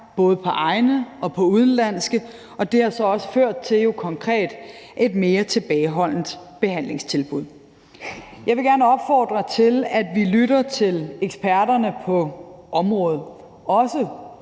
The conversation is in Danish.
både egne og udenlandske, og det har jo konkret så også ført til, at man er mere tilbageholdende med at give behandlingstilbud. Jeg vil gerne opfordre til, at vi lytter til eksperterne på området, også